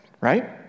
right